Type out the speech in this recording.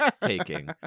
taking